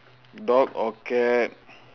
dog or cat